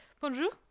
Bonjour